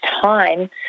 time